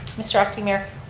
mr. acting mayor,